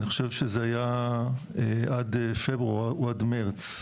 אני חושב שזה היה עד פברואר או עד מרץ,